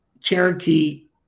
Cherokee